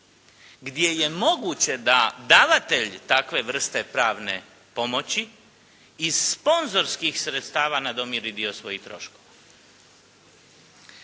gdje je moguće da davatelj takve vrste pravne pomoći iz sponzorskih sredstava nadomiri dio svojih troškova.